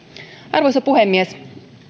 arvoisa puhemies